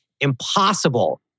Impossible